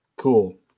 Cool